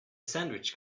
sandwich